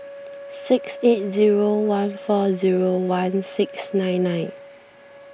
six eight zero one four zero one six nine nine